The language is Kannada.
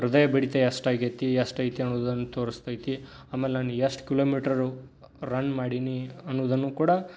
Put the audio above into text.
ಹೃದಯ ಬಡಿತ ಎಷ್ಟಾಗೈತಿ ಎಷ್ಟೈತಿ ಅನ್ನುವುದನ್ನ ತೋರಿಸ್ತೈತಿ ಆಮೇಲೆ ನಾನು ಎಷ್ಟು ಕಿಲೋಮೀಟರ್ರು ರನ್ ಮಾಡೀನಿ ಅನ್ನುವುದನ್ನು ಕೂಡ